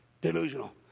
delusional